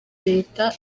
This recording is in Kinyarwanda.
leta